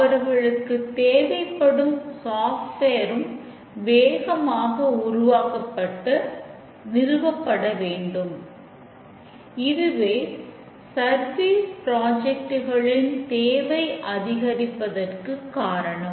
அவர்களுக்கு தேவைப்படும் சாஃப்ட்வேர் தேவை அதிகறிப்பதற்குக் காரணம்